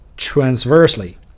transversely